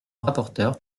rapporteur